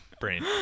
brain